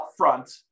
upfront